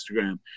instagram